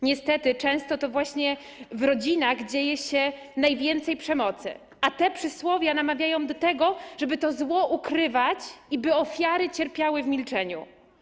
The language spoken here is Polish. Niestety często to właśnie w rodzinach dzieje się najwięcej przemocy, a te przysłowia namawiają do tego, żeby to zło ukrywać i by ofiary cierpiały w milczeniu.